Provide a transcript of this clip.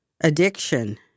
addiction